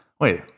wait